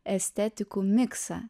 estetikų miksą